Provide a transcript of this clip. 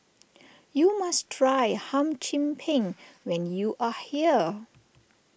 you must try Hum Chim Peng when you are here